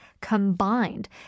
combined